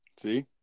See